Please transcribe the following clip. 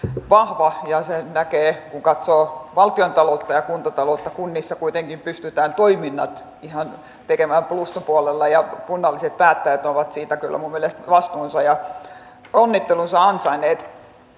vahva ja sen näkee kun katsoo valtiontaloutta ja kuntataloutta kunnissa kuitenkin pystytään toiminnat ihan tekemään plussapuolella ja kunnalliset päättäjät ovat siitä kyllä minun mielestäni vastuunsa kantaneet ja onnittelunsa ansainneet